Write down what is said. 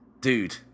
dude